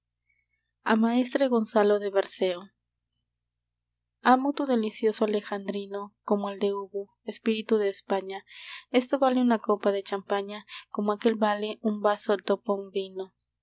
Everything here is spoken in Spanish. a maestre gonzalo de berceo amo tu delicioso alejandrino como el de hugo espíritu de españa este vale una copa de champaña como aquél vale un vaso do bon vino